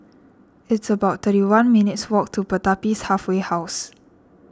It's about thirty one minutes' walk to Pertapis Halfway House